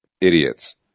idiots